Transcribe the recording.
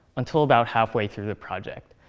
until about halfway through the project.